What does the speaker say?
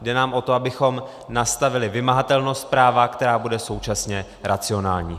Jde nám o to, abychom nastavili vymahatelnost práva, která bude současně racionální.